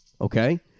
okay